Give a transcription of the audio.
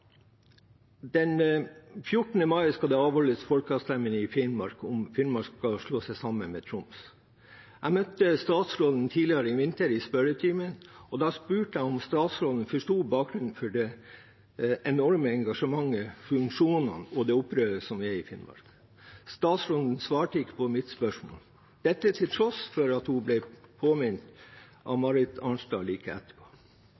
Den 14. mai skal det avholdes folkeavstemning i Finnmark om hvorvidt Finnmark skal slå seg sammen med Troms. Jeg møtte statsråden tidligere i vinter, i spørretimen, og da spurte jeg om statsråden forsto bakgrunnen for det enorme engasjementet for funksjonene og det opprøret som er i Finnmark. Statsråden svarte ikke på mitt spørsmål – dette til tross for at hun ble påminnet det av representanten Marit Arnstad like etter. Jeg er